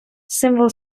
символ